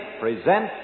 present